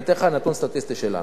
אני אתן לך נתון סטטיסטי שלנו,